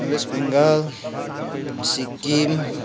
West Bengal Sikkim